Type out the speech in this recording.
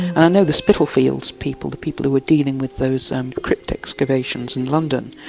and i know the spittlefields people, the people who are dealing with those and crypt excavations in london,